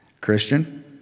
Christian